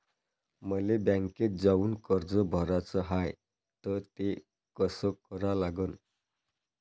मले बँकेत जाऊन कर्ज भराच हाय त ते कस करा लागन?